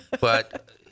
But-